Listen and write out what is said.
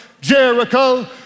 Jericho